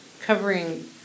covering